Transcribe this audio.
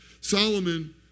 Solomon